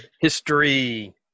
history